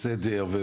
בסדר,